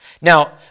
Now